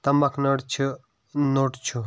تُمبکھنٲر چھِ نوٚٹ چھُ